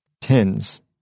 tens